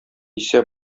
исә